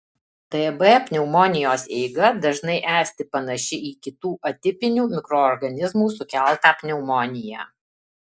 tb pneumonijos eiga dažnai esti panaši į kitų atipinių mikroorganizmų sukeltą pneumoniją